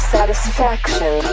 Satisfaction